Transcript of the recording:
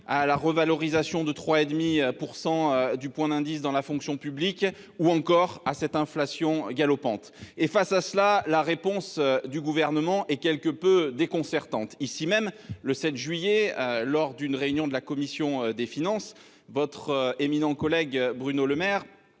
à la revalorisation de 3,5 % du point d'indice dans la fonction publique ou encore à l'inflation galopante. La réponse du Gouvernement est quelque peu déconcertante. Le 7 juillet dernier, lors d'une réunion de la commission des finances, votre éminent collègue Bruno Le Maire